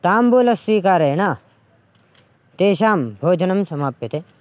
ताम्बूलस्वीकारेण तेषां भोजनं समाप्यते